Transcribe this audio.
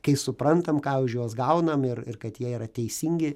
kai suprantam ką už juos gaunam ir ir kad jie yra teisingi